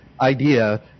idea